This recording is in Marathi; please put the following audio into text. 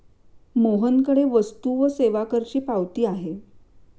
मोहनकडे वस्तू व सेवा करची पावती आहे